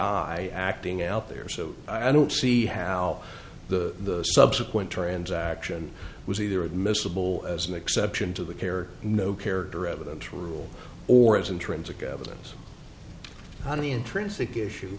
i acting out there so i don't see how the subsequent transaction was either admissible as an exception to the care or no character evidence rule or is intrinsic evidence one of the intrinsic issue